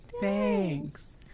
Thanks